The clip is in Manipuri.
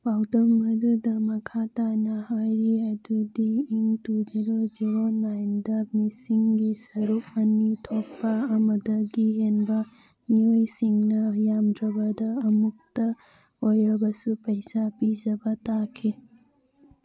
ꯄꯥꯎꯗꯝ ꯑꯗꯨꯗ ꯃꯈꯥ ꯇꯥꯅ ꯍꯥꯏꯔꯤ ꯑꯗꯨꯗꯤ ꯏꯪ ꯇꯨ ꯖꯦꯔꯣ ꯖꯦꯔꯣ ꯅꯥꯏꯟꯗ ꯃꯤꯁꯤꯡꯒꯤ ꯁꯔꯨꯛ ꯑꯅꯤ ꯊꯣꯛꯄ ꯑꯃꯗꯒꯤ ꯍꯦꯟꯕ ꯃꯤꯑꯣꯏꯁꯤꯡꯅ ꯌꯥꯝꯗ꯭ꯔꯕꯗ ꯑꯃꯨꯛꯇ ꯑꯣꯏꯔꯕꯁꯨ ꯄꯩꯁꯥ ꯄꯤꯖꯕ ꯇꯥꯈꯤ